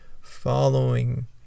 following